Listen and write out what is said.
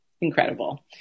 incredible